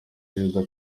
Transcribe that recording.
perezida